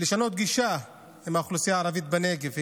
לשנות גישה עם האוכלוסייה הערבית בנגב.